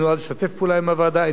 איני בטוח אם זה היה עוזר,